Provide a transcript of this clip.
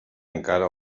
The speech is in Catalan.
encara